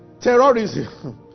terrorism